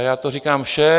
Já to říkám všem.